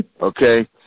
okay